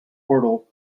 portal